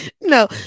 No